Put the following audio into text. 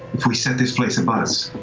if we set this place abuzz.